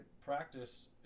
practice